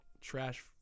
trash